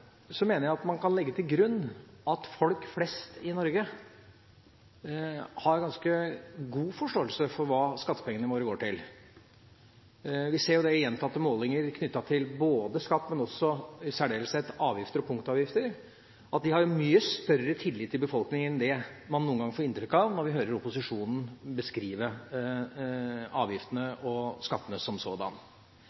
mener jeg at man kan legge til grunn at folk flest i Norge har ganske god forståelse for hva skattepengene våre går til. Vi ser det i gjentatte målinger knyttet til skatt, men også i særdeleshet til avgifter og punktavgifter, at dette har mye større tillit i befolkningen enn det man noen ganger får inntrykk av når man hører opposisjonen beskrive avgiftene